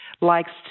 likes